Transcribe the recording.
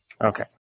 Okay